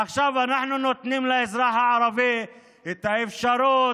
עכשיו אנחנו נותנים לאזרח הערבי את האפשרות,